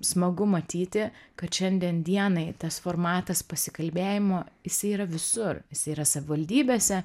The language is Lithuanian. smagu matyti kad šiandien dienai tas formatas pasikalbėjimo jisai yra visur yra savivaldybėse